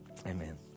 Amen